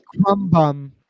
Crumbum